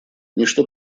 ничто